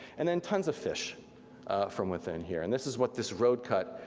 and then tons of fish from within here. and this is what this road cut,